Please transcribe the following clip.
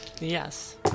Yes